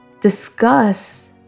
discuss